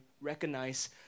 recognize